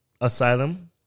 asylum